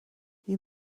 you